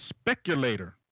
speculator